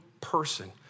person